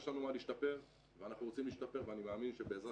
יש לנו מה להשתפר ואנחנו רוצים להשתפר ואני מאמין שבעזרת